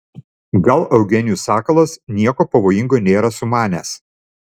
gal eugenijus sakalas nieko pavojingo nėra sumanęs